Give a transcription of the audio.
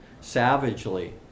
savagely